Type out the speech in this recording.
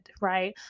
right